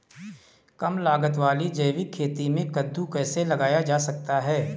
कम लागत वाली जैविक खेती में कद्दू कैसे लगाया जा सकता है?